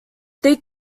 they